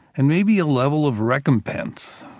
and maybe a level of recompense.